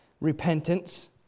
Repentance